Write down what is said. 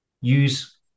use